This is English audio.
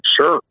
sure